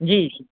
जी